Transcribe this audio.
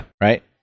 Right